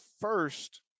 first